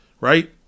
Right